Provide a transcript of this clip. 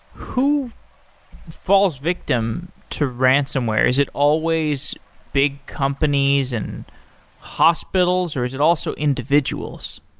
who falls victim to ransonware? is it always big companies and hospitals, or is it also individuals?